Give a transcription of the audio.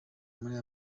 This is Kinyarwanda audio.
muri